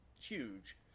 huge